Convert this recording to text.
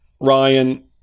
Ryan